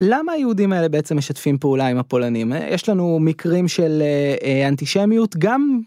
למה היהודים האלה בעצם משתפים פעולה עם הפולנים, יש לנו מקרים של אנטישמיות גם.